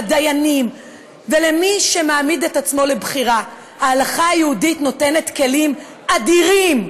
לדיינים ולמי שמעמיד את עצמו לבחירה: ההלכה היהודית נותנת כלים אדירים,